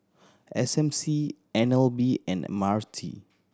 S M C N L B and M R T